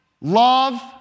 Love